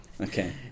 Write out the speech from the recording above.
Okay